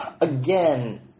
Again